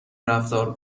رفتار